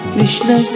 Krishna